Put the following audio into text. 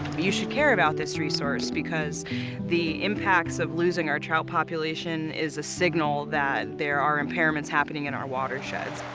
you should care about this resource because the impacts of losing our trout population is a signal that there are impairments happening in our watersheds.